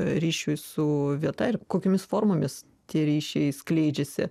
ryšiui su vieta ir kokiomis formomis tie ryšiai skleidžiasi